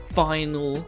final